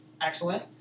excellent